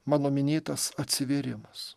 mano minėtas atsivėrimas